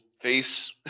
face